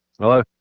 Hello